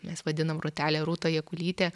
mes vadinam rūtelė rūta jakulytė